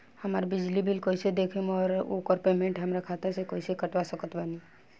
हमार बिजली बिल कईसे देखेमऔर आउर ओकर पेमेंट हमरा खाता से कईसे कटवा सकत बानी?